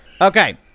Okay